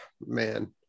man